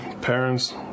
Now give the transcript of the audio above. parents